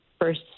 first